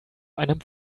einem